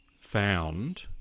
found